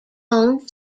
own